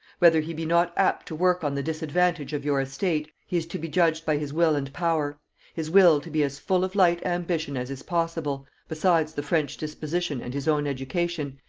whether he be not apt to work on the disadvantage of your estate, he is to be judged by his will and power his will to be as full of light ambition as is possible, besides the french disposition and his own education,